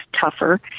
tougher